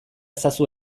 ezazu